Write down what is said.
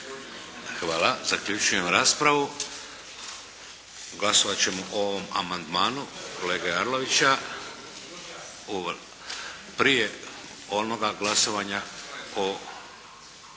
Hvala. Zaključujem raspravu. Glasovat ćemo o ovom amandmanu kolege Arlovića prije onoga glasovanja o